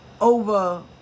Over